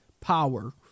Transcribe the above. power